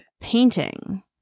painting